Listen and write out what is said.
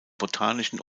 botanischen